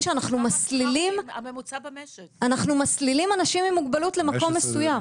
אנחנו מסלילים אנשים עם מוגבלות למקום מסוים.